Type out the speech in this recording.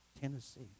Tennessee